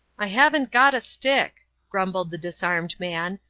i haven't got a stick, grumbled the disarmed man,